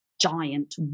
giant